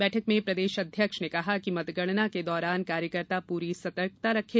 बैठक में प्रदेश अध्यक्ष ने कहा कि मतगणना के दौरान कार्यकर्ता पूरी सतर्कता रखें